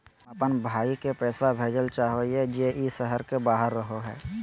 हम अप्पन भाई के पैसवा भेजल चाहो हिअइ जे ई शहर के बाहर रहो है